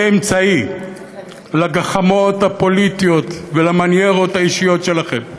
אמצעי לגחמות הפוליטיות ולמניירות האישיות שלכם,